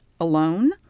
alone